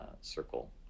circle